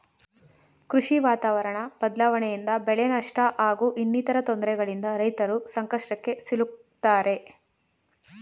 ಕೃಷಿ ವಾತಾವರಣ ಬದ್ಲಾವಣೆಯಿಂದ ಬೆಳೆನಷ್ಟ ಹಾಗೂ ಇನ್ನಿತರ ತೊಂದ್ರೆಗಳಿಂದ ರೈತರು ಸಂಕಷ್ಟಕ್ಕೆ ಸಿಲುಕ್ತಾರೆ